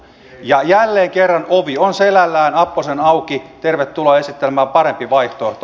ja jälleen kerran ovi on selällään apposen auki tervetuloa esittelemään parempi vaihtoehto